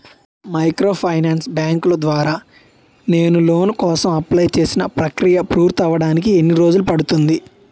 Microfinance బ్యాంకుల ద్వారా నేను లోన్ కోసం అప్లయ్ చేసిన ప్రక్రియ పూర్తవడానికి ఎన్ని రోజులు పడుతుంది?